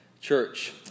church